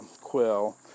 quill